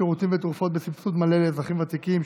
שירותים ותרופות בסבסוד מלא לאזרחים ותיקים),